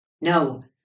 no